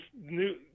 new